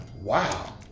wow